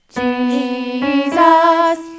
Jesus